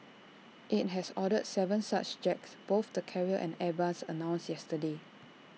IT has ordered Seven such jets both the carrier and airbus announced yesterday